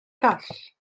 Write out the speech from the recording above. call